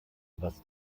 was